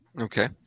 Okay